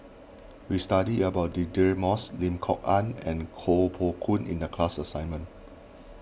we studied about Deirdre Moss Lim Kok Ann and Koh Poh Koon in the class assignment